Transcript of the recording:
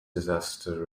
disaster